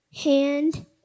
hand